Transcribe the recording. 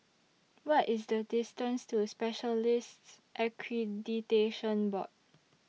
What IS The distance to Specialists Accreditation Board